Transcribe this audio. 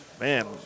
Man